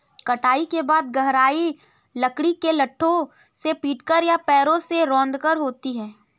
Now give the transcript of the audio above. कटाई के बाद गहराई लकड़ी के लट्ठों से पीटकर या पैरों से रौंदकर होती है